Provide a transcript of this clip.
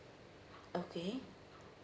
okay